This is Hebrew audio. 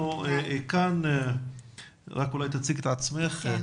כאן אתנו.